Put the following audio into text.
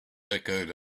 echoed